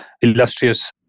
illustrious